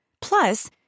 Plus